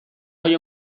های